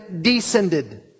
descended